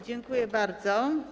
Dziękuję bardzo.